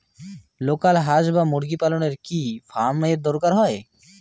Local হাস বা মুরগি পালনে কি ফার্ম এর দরকার হয়?